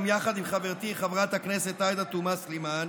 יחד עם חברתי חברת הכנסת עאידה תומא סלימאן